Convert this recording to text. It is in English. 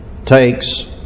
takes